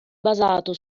basato